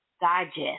digest